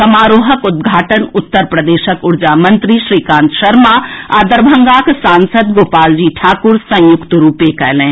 समारोहक उद्घाटन उत्तर प्रदेशक ऊर्जा मंत्री श्रीकान्त शर्मा आ दरभंगाक सांसद गोपाल जी ठाकुर संयुक्त रूपे कएलनि